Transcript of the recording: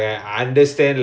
okay